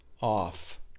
off